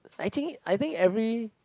I think I think every